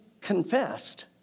confessed